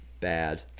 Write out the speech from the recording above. bad